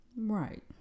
Right